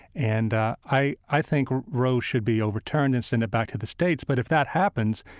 and ah i i think roe should be overturned and send it back to the states, but if that happens,